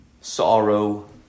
sorrow